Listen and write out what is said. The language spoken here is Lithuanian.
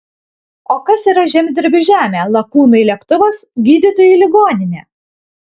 o kas yra žemdirbiui žemė lakūnui lėktuvas gydytojui ligoninė